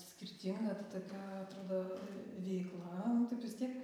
skirting ta tokia atrodo vei veiklą nu taip vis tiek